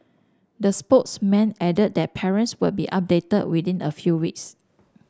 the spokesman added that parents will be updated within a few weeks